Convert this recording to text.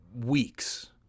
weeks